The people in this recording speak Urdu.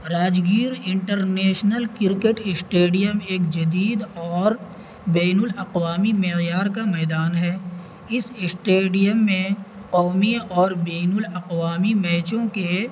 راجگیر انٹرنیشنل کرکٹ اسٹیڈیم ایک جدید اور بین الاقوامی معیار کا میدان ہے اس اسٹیڈیم میں قومی اور بین الاقوامی میچوں کے